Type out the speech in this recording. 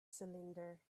cylinder